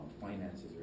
finances